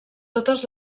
totes